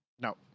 No